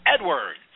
Edward